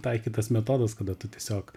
taikytas metodas kada tu tiesiog